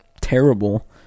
terrible